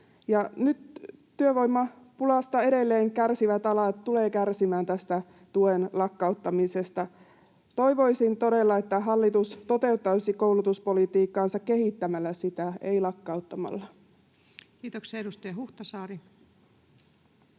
Nyt työvoimapulasta edelleen kärsivät alat tulevat kärsimään tästä tuen lakkauttamisesta. Toivoisin todella, että hallitus toteuttaisi koulutuspolitiikkaansa kehittämällä sitä, ei lakkauttamalla. [Speech 166] Speaker: